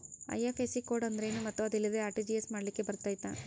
IFSC code ಅಂದ್ರೇನು ಮತ್ತು ಅದಿಲ್ಲದೆ ಆರ್.ಟಿ.ಜಿ.ಎಸ್ ಮಾಡ್ಲಿಕ್ಕೆ ಬರ್ತೈತಾ?